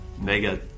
mega